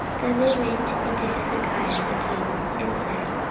then they went in to hezekiah the king, and said,